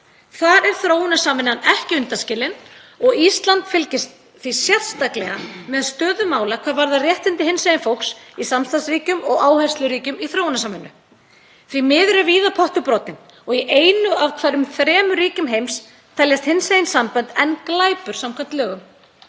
Þar er þróunarsamvinnan ekki undanskilin og Ísland fylgist því sérstaklega með stöðu mála hvað varðar réttindi hinsegin fólks í samstarfsríkjum og áhersluríkjum í þróunarsamvinnu. Því miður er víða pottur brotinn og í einu af hverjum þremur ríkjum heims teljast hinsegin sambönd enn glæpur samkvæmt lögum.